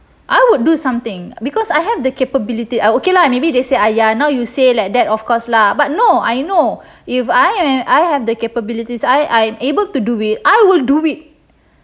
I would do something because I have the capability I okay lah maybe they say !aiya! you say like that of course lah but no I know if I am I have the capabilities I I'm able to do it I will do it